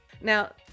now